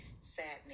sadness